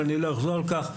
ואני לא אחזור על כך.